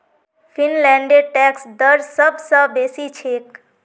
फिनलैंडेर टैक्स दर सब स बेसी छेक